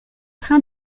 train